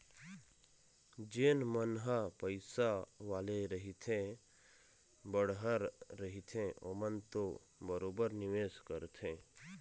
जेन मन ह पइसा वाले रहिथे बड़हर रहिथे ओमन तो बरोबर निवेस करथे